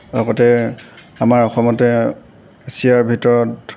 লগতে আমাৰ অসমতে এছিয়াৰ ভিতৰত